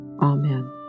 Amen